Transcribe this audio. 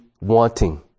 wanting